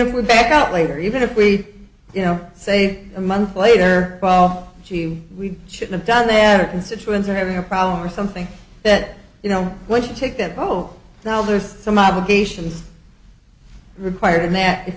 if we're back out later even if we you know say a month later well gee we should have done their constituents are having a problem or something that you know what you take that go well there's some obligations required that if